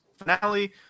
finale